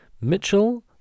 Mitchell